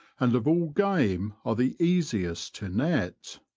and of all game are the easiest to net.